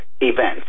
events